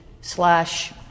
slash